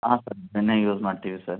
ಹಾಂ ಸರ್ ಬೆಣ್ಣೆ ಯೂಸ್ ಮಾಡ್ತೀವಿ ಸರ್